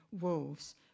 wolves